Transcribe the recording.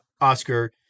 Oscar